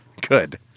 Good